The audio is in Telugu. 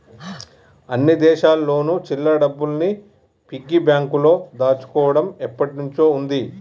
అన్ని దేశాల్లోను చిల్లర డబ్బుల్ని పిగ్గీ బ్యాంకులో దాచుకోవడం ఎప్పటినుంచో ఉంది